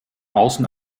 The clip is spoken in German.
außen